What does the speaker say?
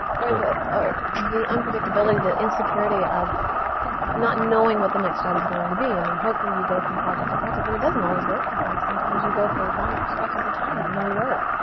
or the or the unpredictability. the insecurity of not knowing what the next job is going to be. i mean, hopefully, you go from project to project, but it doesn't always work that way. sometimes you go for long stretches of time with no work.